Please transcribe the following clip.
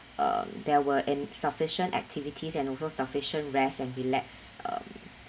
there were uh sufficient activities and also sufficient rest and relax um